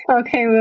Okay